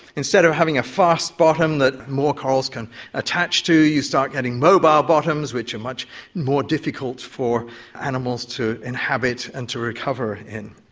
instead of having a fast bottom that more corals can attach to, you start getting mobile bottoms which are much more difficult for animals to inhabit and to recover in.